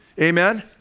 Amen